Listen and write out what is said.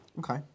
Okay